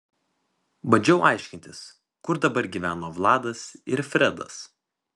bandžiau aiškintis kur dabar gyveno vladas ir fredas